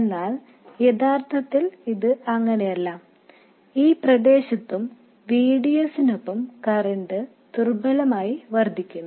എന്നാൽ യഥാർത്ഥത്തിൽ ഇത് അങ്ങനെയല്ല ഈ പ്രദേശത്തും VDS നൊപ്പം കറന്റ് ദുർബലമായി വർദ്ധിക്കുന്നു